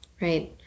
right